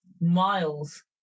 miles